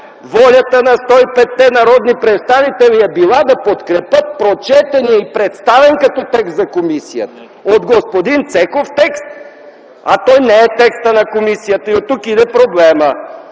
Волята на 105-те народни представители е била да подкрепят прочетения и представен като текст на комисията от господин Цеков текст. А той не е текстът на комисията. И оттук идва проблемът.